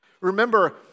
Remember